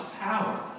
power